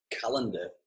calendar